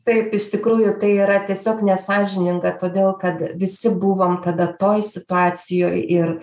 taip iš tikrųjų tai yra tiesiog nesąžininga todėl kad visi buvom kada toj situacijoj ir